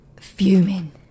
fuming